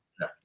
no